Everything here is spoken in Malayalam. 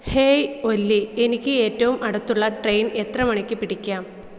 ഹേയ് ഒല്ലി എനിക്ക് ഏറ്റവും അടുത്തുള്ള ട്രെയിൻ എത്ര മണിക്ക് പിടിക്കാം